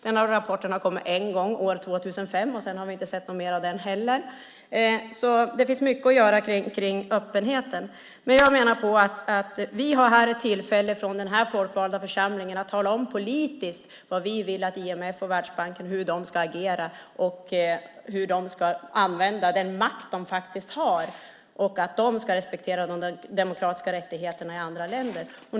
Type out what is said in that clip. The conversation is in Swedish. Den rapporten har kommit en gång, år 2005, sedan har vi inte sett mer av den. Det finns alltså mycket att göra kring öppenheten. Vi har här ett tillfälle att från denna folkvalda församling politiskt tala om hur vi vill att IMF och Världsbanken ska agera, hur de ska använda den makt de har och att de ska respektera de demokratiska rättigheterna i andra länder.